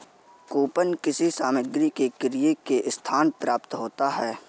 coupon किसी सामग्री के क्रय के साथ प्राप्त होता है